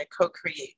co-create